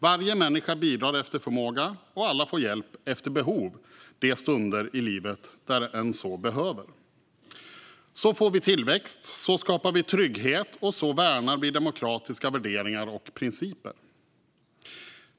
Varje människa bidrar efter förmåga, och alla får hjälp efter behov de stunder i livet där en så behöver. Så får vi tillväxt, så skapar vi trygghet och så värnar vi demokratiska värderingar och principer.